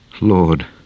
Lord